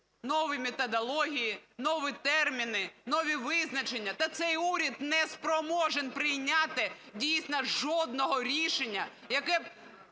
Нові методології, нові терміни, нові визначення – та цей уряд не спроможний прийняти дійсно жодного рішення, яке